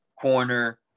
corner